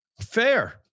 Fair